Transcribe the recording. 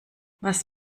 was